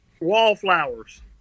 Wallflowers